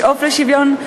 לשאוף לשוויון,